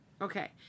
Okay